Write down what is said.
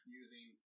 using